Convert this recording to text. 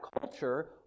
culture